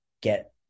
get